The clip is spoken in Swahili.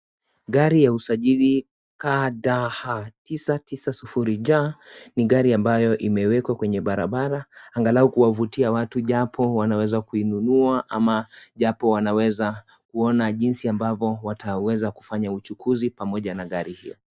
Gari ya usajili KDH tisa tisa sufuri ja ni gari ambayo imewekwa kwenye barabara angalau kuwavutia watu japo wanaweza kuinunua ama japo wanaweza kuona jinsi ambavyo wataweza kufanya uchukuzi pamoja na gari hiyo.